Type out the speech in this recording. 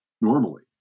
normally